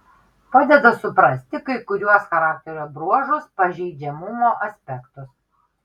padeda suprasti kai kuriuos charakterio bruožus pažeidžiamumo aspektus